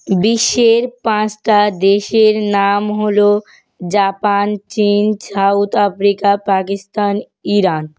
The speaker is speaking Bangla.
বিশ্বের পাঁচটা দেশের নাম হল জাপান চীন সাউথ আফ্রিকা পাকিস্তান ইরান